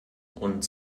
und